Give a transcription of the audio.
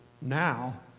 Now